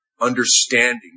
understanding